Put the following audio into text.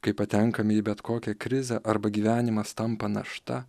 kai patenkame į bet kokią krizę arba gyvenimas tampa našta